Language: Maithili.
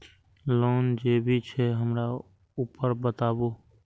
लोन जे भी छे हमरा ऊपर बताबू?